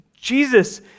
Jesus